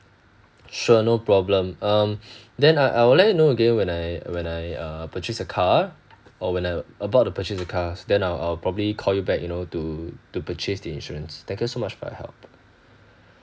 sure no problem um then I'll I'll let you know again when I when I uh purchase a car or when I about to purchase the cars then I'll I'll probably call you back you know to to purchase the insurance thank you so much for your help